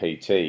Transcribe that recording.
PT